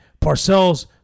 Parcells